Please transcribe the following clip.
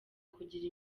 kugira